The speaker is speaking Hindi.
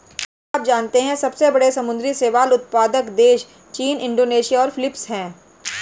क्या आप जानते है सबसे बड़े समुद्री शैवाल उत्पादक देश चीन, इंडोनेशिया और फिलीपींस हैं?